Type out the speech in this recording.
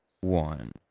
one